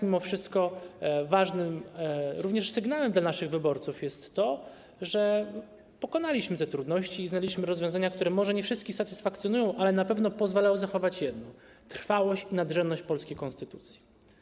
Mimo wszystko ważnym również sygnałem dla naszych wyborców jest to, że pokonaliśmy te trudności i znaleźliśmy rozwiązania, które może nie wszystkich satysfakcjonują, ale na pewno pozwalają zachować jedno - trwałość i nadrzędność polskiej konstytucji.